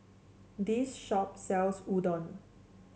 this shop sells Udon